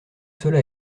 cela